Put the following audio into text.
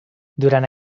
durant